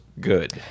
good